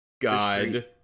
God